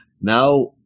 now